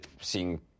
seeing